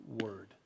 word